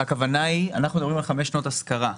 אנחנו מדברים על חמש שנות השכרה.